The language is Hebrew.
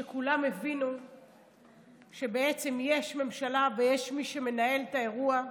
כולם הבינו שבעצם יש ממשלה ויש מי שמנהל את האירוע.